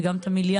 וגם את המיליארדים.